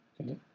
okay